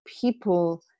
people